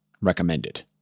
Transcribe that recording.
recommended